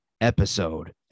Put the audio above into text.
episode